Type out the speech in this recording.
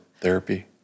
therapy